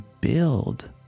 build